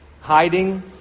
hiding